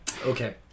Okay